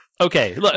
Okay